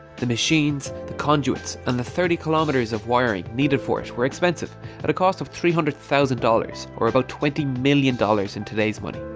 the machines, the conduits and the thirty kilometres of wiring needed for it were expensive at a cost of three hundred thousand dollars or about twenty million dollars in today's money.